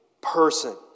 person